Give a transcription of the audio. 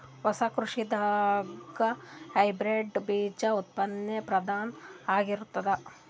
ಹೊಸ ಕೃಷಿದಾಗ ಹೈಬ್ರಿಡ್ ಬೀಜ ಉತ್ಪಾದನೆ ಪ್ರಧಾನ ಆಗಿರತದ